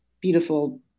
beautiful